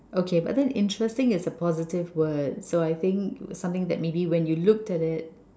okay but then interesting is a positive word so I think something maybe when you look at it